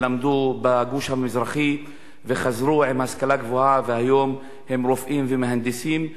למדו בגוש המזרחי וחזרו עם השכלה גבוהה והיום הם רופאים ומהנדסים.